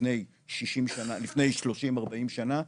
לפני 30-40 שנה,